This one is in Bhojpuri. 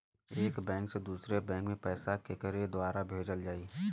एक बैंक से दूसरे बैंक मे पैसा केकरे द्वारा भेजल जाई?